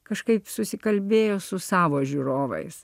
kažkaip susikalbėjo su savo žiūrovais